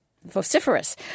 Vociferous